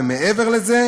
ומעבר לזה,